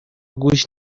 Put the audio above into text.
گوش